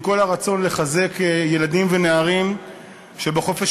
ועם כל הרצון לחזק ילדים ונערים שבחופש